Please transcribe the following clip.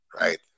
right